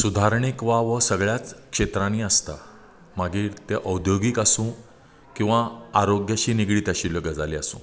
सुदारणीक वाव हो सगल्याच क्षेत्रांनी आसता मागीर तें औद्योगीक आसूं किंवा आरोग्याशी निगडीत आशिल्यो गजाली आसूं